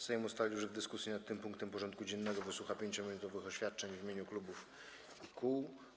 Sejm ustalił, że w dyskusji nad tym punktem porządku dziennego wysłucha 5-minutowych oświadczeń w imieniu klubów i kół.